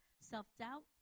Self-doubt